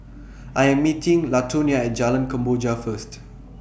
I Am meeting Latonia At Jalan Kemboja First